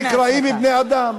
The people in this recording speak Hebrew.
שנקראים בני-אדם.